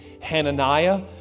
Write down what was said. Hananiah